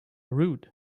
rude